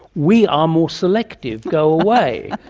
we are more selective, go away.